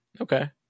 Okay